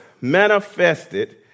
manifested